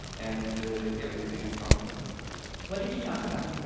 and, yeah, we began talking what did you talk about?